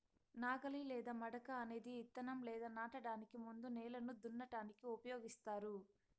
నాగలి లేదా మడక అనేది ఇత్తనం లేదా నాటడానికి ముందు నేలను దున్నటానికి ఉపయోగిస్తారు